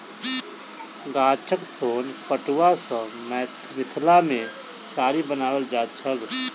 गाछक सोन पटुआ सॅ मिथिला मे साड़ी बनाओल जाइत छल